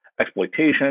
exploitation